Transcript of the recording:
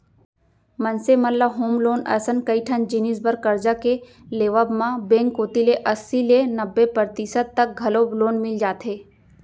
मनसे मन ल होम लोन असन कइ ठन जिनिस बर करजा के लेवब म बेंक कोती ले अस्सी ले नब्बे परतिसत तक घलौ लोन मिल जाथे